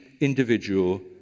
individual